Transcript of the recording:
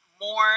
More